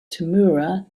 tamura